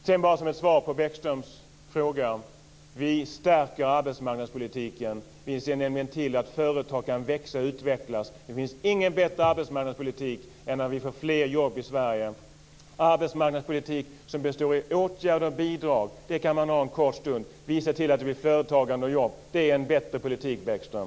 Sedan som ett svar på Bäckströms fråga: Vi stärker arbetsmarknadspolitiken. Vi ser nämligen till att företag kan växa och utvecklas. Det finns ingen bättre arbetsmarknadspolitik än att vi får fler jobb i Sverige. Arbetsmarknadspolitik som består av åtgärder och bidrag kan man ha en kort stund. Vi ser till att det blir företagande och jobb. Det är en bättre politik, Bäckström.